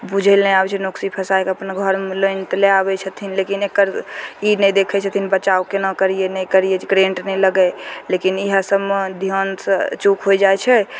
बुझय लए नहि आबय छै नोकसी फँसा कऽ अपन घरमे लाइन तऽ लए आबय छथिन लेकिन एकर ई नहि देखय छथिन बचाव केना करियै नहि करियै जे करेन्ट नहि लगय लेकिन इएह सबमे ध्यानसँ चूक होइ जाइ छै